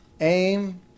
aim